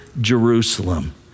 Jerusalem